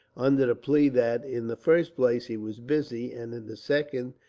under the plea that, in the first place, he was busy and in the second,